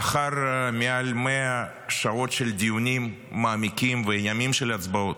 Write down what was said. לאחר מעל 100 שעות של דיונים מעמיקים וימים של הצבעות,